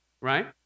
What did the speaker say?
Right